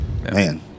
Man